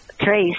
trace